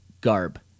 garb